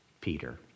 Peter